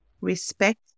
respect